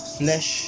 flesh